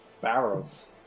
Barrels